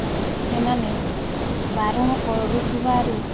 ସେମାନେ ବାରଣ କରୁଥିବାରୁ